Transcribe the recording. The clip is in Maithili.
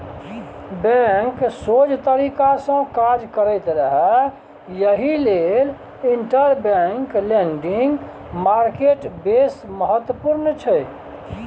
बैंक सोझ तरीकासँ काज करैत रहय एहि लेल इंटरबैंक लेंडिंग मार्केट बेस महत्वपूर्ण छै